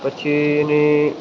પછી એની